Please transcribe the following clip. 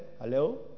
Hello